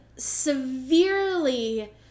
severely